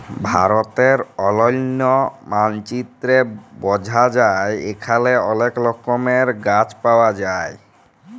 ভারতের অলন্য মালচিত্রে বঝা যায় এখালে অলেক রকমের গাছ পায়া যায়